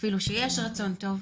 אפילו שיש רצון טוב.